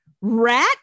rat